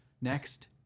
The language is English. next